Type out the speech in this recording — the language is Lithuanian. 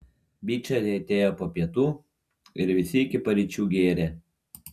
bičai atėjo po pietų ir visi iki paryčių gėrė